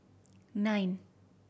nine